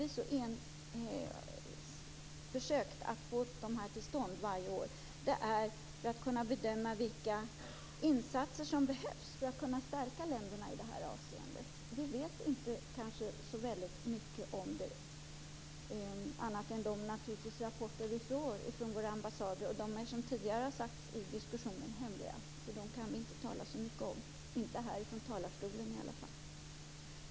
Vi har försökt att få de här till stånd varje år för att kunna bedöma vilka insatser som behövs för att kunna stärka länderna i det här avseendet. Vi vet kanske inte så väldigt mycket om det annat än genom de rapporter vi får från våra ambassader. De är ju, som tidigare har sagts i diskussionen, hemliga. Därför kan vi inte tala så mycket om dem, inte här ifrån talarstolen i alla fall.